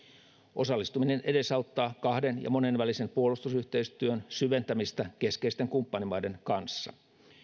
osallistuminen edesauttaa kahden ja monenvälisen puolustusyhteistyön syventämistä keskeisten kumppanimaiden kanssa